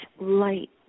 light